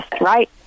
right